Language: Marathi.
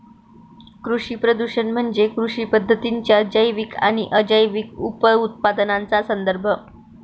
कृषी प्रदूषण म्हणजे कृषी पद्धतींच्या जैविक आणि अजैविक उपउत्पादनांचा संदर्भ